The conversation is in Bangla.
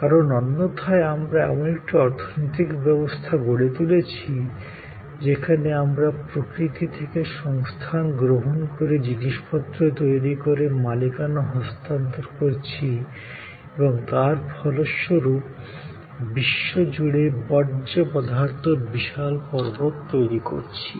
কারণ অন্যথায় আমরা এমন একটি অর্থনৈতিক ব্যবস্থা গড়ে তুলেছি যেখানে আমরা প্রকৃতি থেকে সংস্থান গ্রহণ করে জিনিসপত্র তৈরি করে মালিকানা হস্তান্তর করছি এবং তার ফলস্বরূপ বিশ্বজুড়ে বর্জ্যপদাৰ্থর বিশাল পর্বত তৈরি করছি